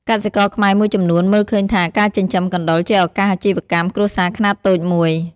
កសិករខ្មែរមួយចំនួនមើលឃើញថា ការចិញ្ចឹមកណ្តុរជាឱកាសអាជីវកម្មគ្រួសារខ្នាតតូចមួយ។